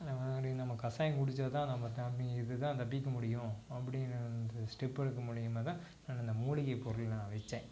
அந்த மாதிரி நம்ம கசாயம் குடித்தா தான் நம்ம தப்பிக்க இது தான் தப்பிக்க முடியும் அப்படின்னு இந்த ஸ்டெப்பு எடுக்க முடியும்னால் தான் அந்தந்த மூலிகைப் பொருளை நான் வச்சேன்